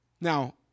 Now